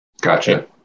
gotcha